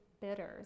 bitters